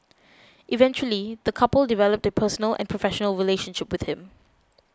eventually the couple developed a personal and professional relationship with him